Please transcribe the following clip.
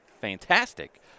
fantastic